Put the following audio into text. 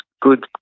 good